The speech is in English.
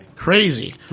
crazy